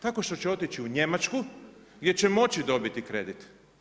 Tako što će otići u Njemačku, gdje će moći dobiti kredit.